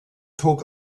talk